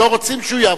לא רוצים שהוא יעבוד.